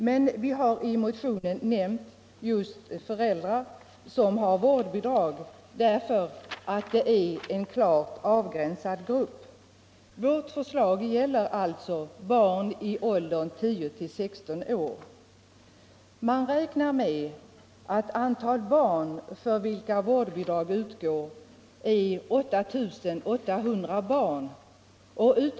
Men vi har i motionen nämnt just föräldrar som har vårdbidrag, eftersom de utgör en klart avgränsad grupp. Man räknar med att vårdbidrag utgår för 8 800 barn.